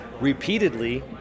repeatedly